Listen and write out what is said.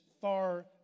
far